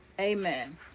Amen